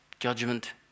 Judgment